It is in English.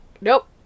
nope